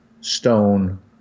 stone